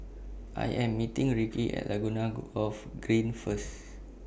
I Am meeting Ricki At Laguna Golf Green First